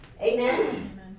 Amen